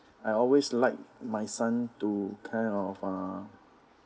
I always like my son to kind of uh